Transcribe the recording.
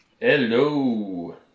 Hello